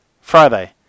Friday